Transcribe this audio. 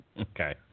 Okay